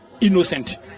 innocent